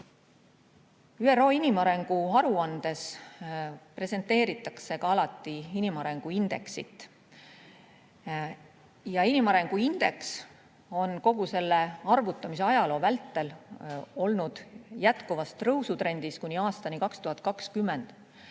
ÜRO inimarengu aruandes presenteeritakse alati ka inimarengu indeksit. Inimarengu indeks on kogu selle arvutamise ajaloo vältel olnud jätkuvas tõusutrendis kuni aastani 2020.